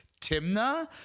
timna